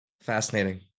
Fascinating